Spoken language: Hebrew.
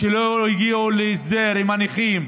שלא הגיעו להסדר עם הנכים,